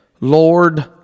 Lord